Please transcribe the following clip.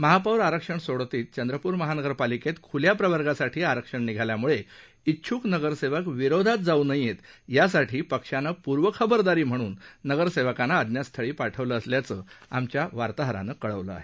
महापौर आरक्षण सोडतीत चंद्रपूर महानगरपालिकेत ख्ल्या प्रवर्गासाठी आरक्षण निघाल्यामुळे इच्छक नगरसेवक विरोधात जाऊ नयेत यासाठी पक्षानं पूर्वखबरदारी म्हणून नगरसेवकांना अज्ञातस्थळी पाठवलं असल्याचं आमच्या वार्ताहरानं कळवलं आहे